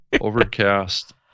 Overcast